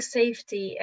safety